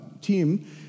team